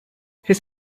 his